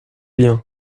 bien